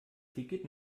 ticket